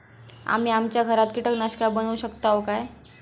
आम्ही आमच्या घरात कीटकनाशका बनवू शकताव काय?